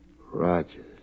Rogers